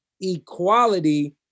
equality